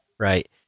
Right